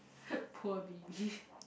poor B B